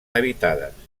habitades